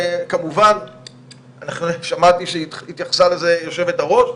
כמובן שמעתי שהתייחסה לזה יושבת הראש,